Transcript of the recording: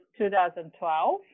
2012